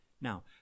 Now